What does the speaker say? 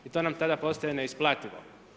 I to nam tada postaje neisplativo.